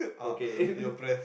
okay